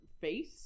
face